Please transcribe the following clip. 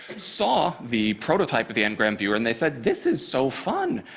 saw the prototype of the ngram viewer, and they said, this is so fun.